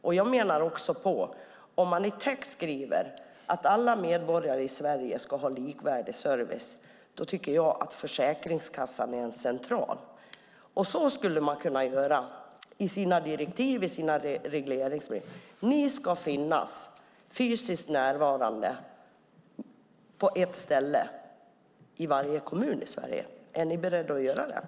Om man i text skriver att alla medborgare i Sverige ska ha likvärdig service tycker jag att Försäkringskassan är central. Man skulle kunna i sina direktiv och i sina regleringsbrev säga: Försäkringskassan ska finnas på ett ställe i varje kommun i Sverige. Är ni beredda att göra detta?